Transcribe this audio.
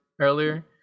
earlier